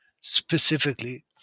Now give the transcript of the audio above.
specifically